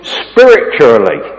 spiritually